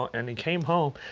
um and he came home,